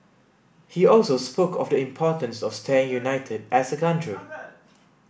he also spoke of the importance of staying united as a country